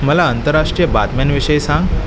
मला आंतरराष्ट्रीय बातम्यांविषयी सांग